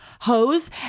hose